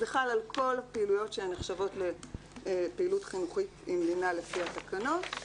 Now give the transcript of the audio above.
זה חל על כל הפעילויות שנחשבות לפעילות חינוכית עם לינה לפי התקנות.